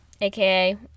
AKA